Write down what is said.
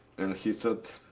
and he said,